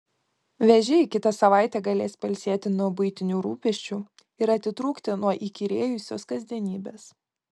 vėžiai kitą savaitę galės pailsėti nuo buitinių rūpesčių ir atitrūkti nuo įkyrėjusios kasdienybės